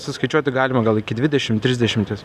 suskaičiuoti galima gal iki dvidešim trisdešimties